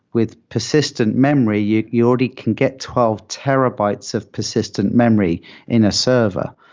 with persistent memory, you you already can get twelve terabytes of persistent memory in a server.